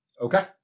Okay